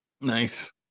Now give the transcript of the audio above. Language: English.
Nice